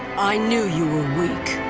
i knew you were weak.